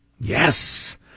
Yes